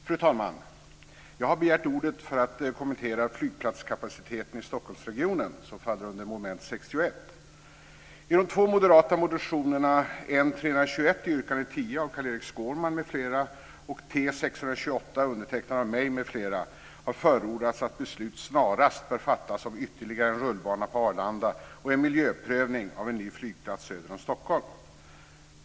Fru talman! Jag har begärt ordet för att kommentera flygplatskapaciteten i Stockholmsregionen som faller under mom. 61. I de två moderata motionerna T628 av mig m.fl. har det förordats att beslut snarast bör fattas om ytterligare en rullbana på Arlanda och en miljöprövning av en ny flygplats söder om Stockholm.